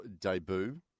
debut